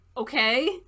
okay